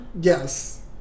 Yes